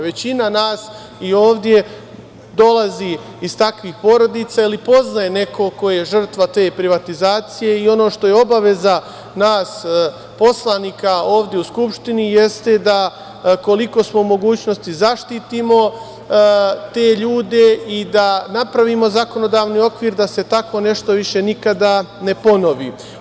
Većina nas ovde dolazi iz takvih porodica ili poznaje nekog ko je žrtva te privatizacije i ono što je obaveza nas poslanika ovde u Skupštini jeste da koliko smo u mogućnosti zaštitimo te ljude i da napravimo zakonodavni okvir da se tako nešto više nikada ne ponovi.